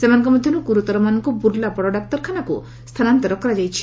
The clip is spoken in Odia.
ସେମାନଙ୍କ ମଧ୍ଧରୁ ଗୁରୁତର ମାନଙ୍କୁ ବୁଲା ବଡ ଡାକ୍ତରଖାନାରୁ ସ୍ଥାନାନ୍ତର କରାଯାଇଛି